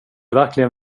verkligen